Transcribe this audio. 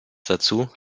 dazu